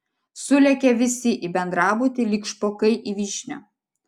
sulėkė visi į bendrabutį lyg špokai į vyšnią